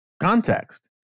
context